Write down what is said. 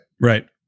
Right